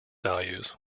values